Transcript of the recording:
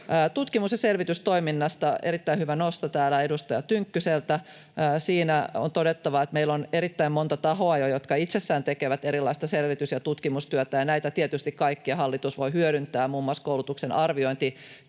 Tutkimus- ja selvitystoiminnasta oli erittäin hyvä nosto täällä edustaja Tynkkyseltä. On todettava, että siinä meillä on jo erittäin monta tahoa, jotka itsessään tekevät erilaista selvitys- ja tutkimustyötä, ja näitä tietysti kaikkia hallitus voi hyödyntää — muun muassa koulutuksen